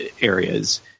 areas